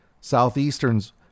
Southeastern's